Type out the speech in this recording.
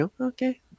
okay